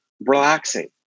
relaxing